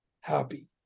happy